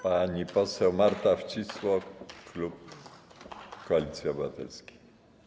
Pani poseł Marta Wcisło, klub Koalicji Obywatelskiej.